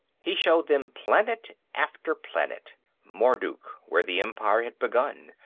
he showed them planet after planet marduk, where the empire had begun,